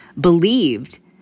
believed